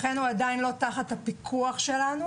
לכן הוא עדיין לא תחת הפיקוח שלנו.